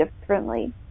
differently